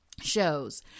Shows